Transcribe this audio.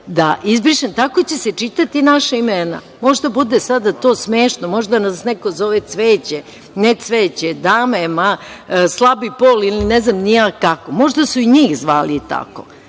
da izbrišem, tako će se čitati naša imena. Možda bude to sada smešno, možda nas neko zove cveće, ne cveće, dame, slabiji pol, ne znam ni ja kako, možda su i njih zvali tako,